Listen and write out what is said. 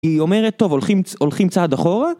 היא אומרת טוב הולכים הולכים צעד אחורה...